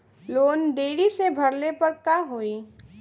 Loan देरी से भरले पर का होई?